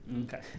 okay